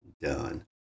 done